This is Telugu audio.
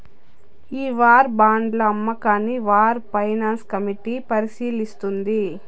ఈ వార్ బాండ్ల అమ్మకాన్ని వార్ ఫైనాన్స్ కమిటీ పరిశీలిస్తుంది